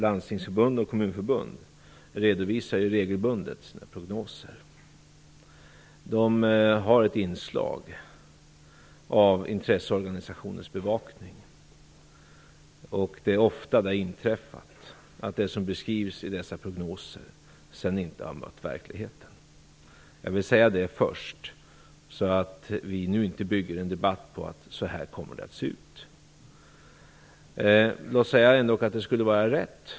Landstingsförbundet och Kommunförbundet redovisar regelbundet prognoser. Dessa har inslag av intresseorganisationers bevakning. Det har ofta inträffat att det som beskrivs i dessa prognoser sedan inte har mött verkligheten. Jag vill säga detta först, så att vi inte bygger en debatt på att det är så här det kommer att se ut. Låt oss ändå säga att det som de påstår skulle vara rätt.